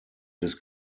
des